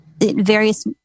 various